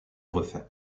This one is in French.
refait